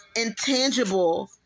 intangible